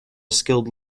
skilled